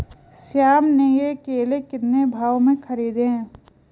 श्याम ने ये केले कितने भाव में खरीदे हैं?